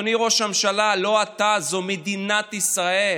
אדוני ראש הממשלה, לא אתה, זו מדינת ישראל.